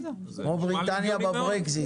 כמו בריטניה ב-Brexit.